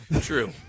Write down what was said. True